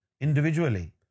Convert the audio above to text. individually